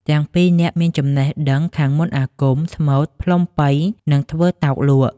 ទាំងពីរនាក់មានចំណេះដឹងខាងមន្តអាគម ស្មូត្រ ផ្លុំប៉ី និងធ្វើតោកលក់។